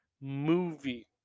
movie